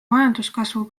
majanduskasvu